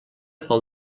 pel